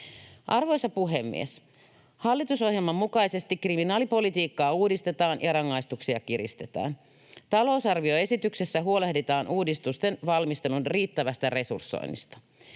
Arvoisa puhemies! Hallitusohjelman mukaisesti kriminaalipolitiikkaa uudistetaan ja rangaistuksia kiristetään. Talousarvioesityksessä huolehditaan uudistusten valmistelun riittävästä resursoinnista.